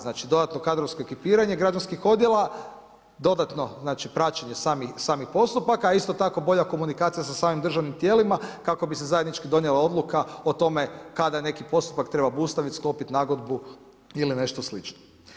Znači dodatno kadrovsko ekipiranje građanskih odjela, dodatno praćenje samih postupaka, a isto tako bolja komunikacija sa samim državnim tijelima kako bi se zajednički donijela odluka o tome kada neki postupak treba obustaviti, sklopiti nagodbu ili nešto slično.